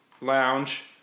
Lounge